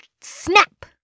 snap